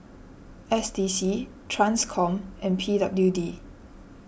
S D C Transcom and P W D